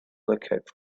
lookout